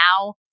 now